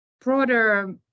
broader